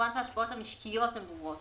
ההשפעות המשקיות הן ברורות,